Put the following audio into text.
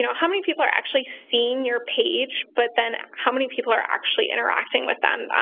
you know how many people are actually seeing your page, but then how many people are actually interacting with them?